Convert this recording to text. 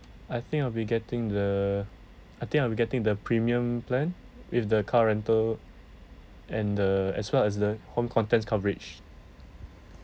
I think I'll be getting the I think I'll be getting the premium plan with the car rental and the as well as the home contents coverage